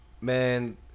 man